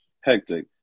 hectic